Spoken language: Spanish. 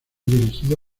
dirigido